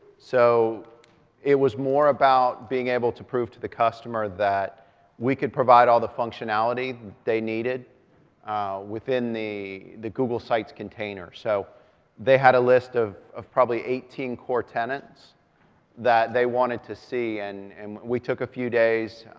so it was more about being able to prove to the customer that we could provide all the functionality they needed within the the google sites container, so they had a list of of probably eighteen core tenets that they wanted to see, and um we took a few days,